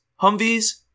Humvees